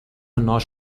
nós